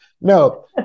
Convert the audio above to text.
No